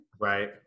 Right